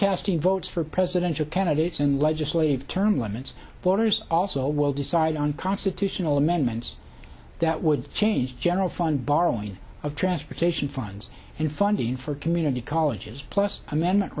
casting votes for presidential candidates in legislative term limits voters also will decide on constitutional amendments that would change general fund borrowing of transportation funds and funding for community colleges plus amendment